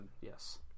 Yes